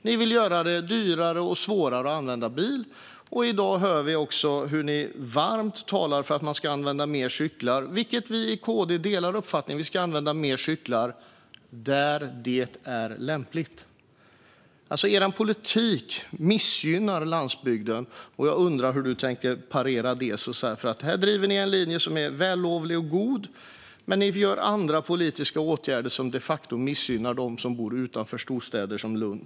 Ni vill göra det dyrare och svårare att använda bil, och i dag hör vi också att ni talar varmt för att man ska använda cykeln mer. Vi i KD delar uppfattningen att vi ska använda cykeln mer - där det är lämpligt. Er politik missgynnar landsbygden, och jag undrar hur du tänker parera det. Här driver ni en linje som är vällovlig och god, men ni vidtar andra politiska åtgärder som de facto missgynnar dem som bor utanför stora städer som Lund.